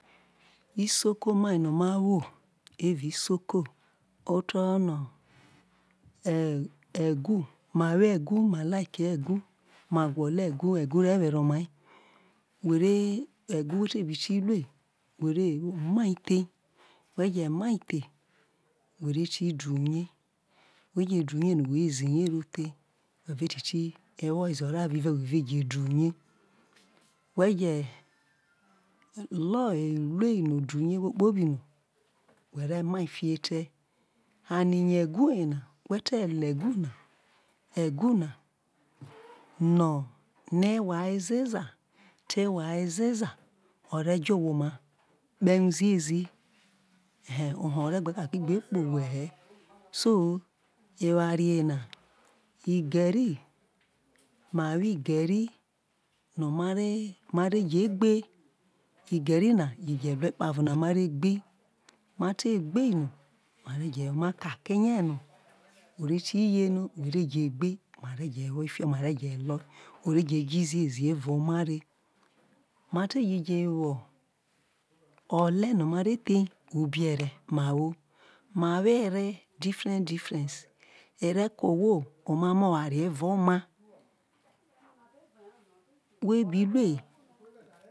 Isoko mai no ma who evao̱ isoko ma otie̱rono e̱e̱ egu ma who egu ma like egu ma gwolo egu egu re̱ were omia where ogu who te bi ti rie who re ma the who re te ti du rie who je du rie no who ve zirie ro the who ve te ti who ze ore avive who je du rie who je lo̱ rie̱ no kpobi whe̱ ve ma reho ete̱ a ni yo̱ egu yena who te le egu yena ne ewna ezeza te le egu yena ne ewma ezeza te ewha ezeza ere jo̱ who omai zizi oho̱ o gbe kaki kpeowhe ho so oware ye na igeri ma who igeri no ma re je gho igeri na ekpavona ma re gbe ma te gbo no ma kake rie no re ti ye no mo re je gbe ma ve je lo o̱ re je̱ zizi avao omai re ma te je who ole no ma re the gbe ube re ma who ma who ere different different e re ke owho omamo oware evae omai who bi ru ie